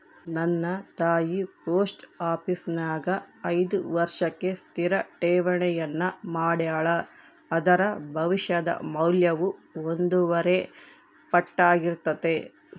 ನನ್ನ ತಾಯಿ ಪೋಸ್ಟ ಆಪೀಸಿನ್ಯಾಗ ಐದು ವರ್ಷಕ್ಕೆ ಸ್ಥಿರ ಠೇವಣಿಯನ್ನ ಮಾಡೆಳ, ಅದರ ಭವಿಷ್ಯದ ಮೌಲ್ಯವು ಒಂದೂವರೆ ಪಟ್ಟಾರ್ಗಿತತೆ